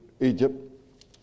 Egypt